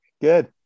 Good